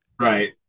Right